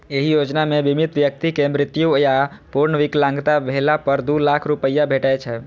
एहि योजना मे बीमित व्यक्ति के मृत्यु या पूर्ण विकलांग भेला पर दू लाख रुपैया भेटै छै